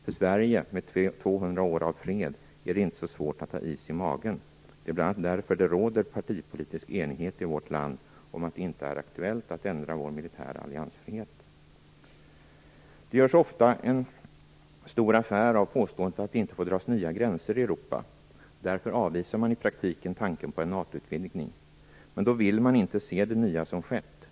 För Sverige, med 200 år av fred, är det inte så svårt att ha is i magen. Det är bl.a. därför det råder partipolitisk enighet i vårt land om att det inte är aktuellt att ändra våra militära alliansfrihet. Det görs ofta en stor affär av påståendet att det inte får dras nya gränser i Europa. Därför avvisar man i praktiken tanken på en NATO-utvidgning. Men då vill man inte se det nya som skett.